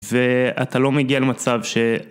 ואתה לא מגיע למצב ש...